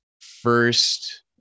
first